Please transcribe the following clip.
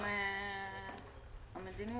אקדים כמה מילות